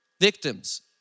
victims